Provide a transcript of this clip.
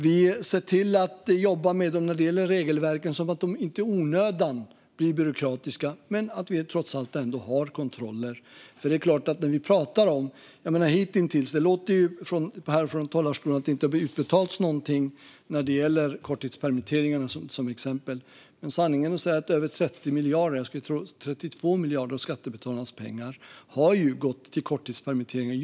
Vi ser till att jobba med dem när det gäller regelverken så att de inte i onödan blir byråkratiska men så att vi trots allt ändå har kontroller. Det låter här från talarstolen som att det inte har utbetalats någonting när det till exempel gäller korttidspermitteringarna. Sanningen att säga har över 30 miljarder - jag tror att det är 32 miljarder - av skattebetalarnas pengar gått till korttidspermitteringar.